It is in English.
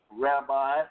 Rabbi